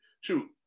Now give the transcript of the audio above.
shoot